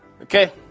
okay